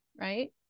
right